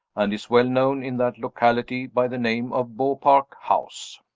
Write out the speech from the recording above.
and is well known in that locality by the name of beaupark house.